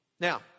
Now